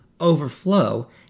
overflow